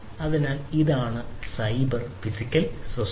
അതിനാൽ ഇതാണ് cyber physical system